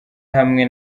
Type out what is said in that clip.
hamwe